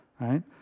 right